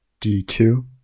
d2